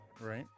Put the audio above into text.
Right